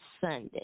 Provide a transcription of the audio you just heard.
Sunday